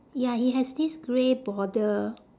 ya it has this grey border